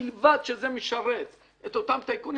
מלבד שזה משרת את אותם טייקונים,